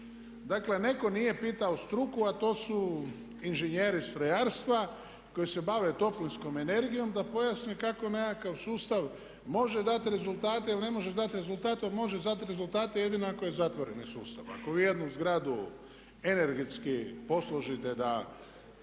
Dakle, netko nije pitao struku, a to su inženjeri strojarstva koji se bave toplinskom energijom, da pojasne kako im nekakav sustav može dati rezultate ili ne može dati rezultati. A može dati rezultate jedino ako je zatvoreni sustav, ako vi jednu zgradu energetski posložite da